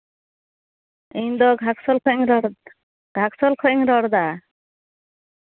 ᱤᱧᱫᱚ ᱜᱷᱟᱴᱥᱳᱞ ᱠᱷᱚᱱᱟᱜ ᱤᱧ ᱨᱚᱲᱫᱟ ᱜᱷᱟᱴᱥᱳᱞ ᱠᱷᱚᱡ ᱤᱧ ᱨᱚᱲᱫᱟ